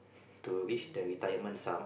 to reach the retirement sum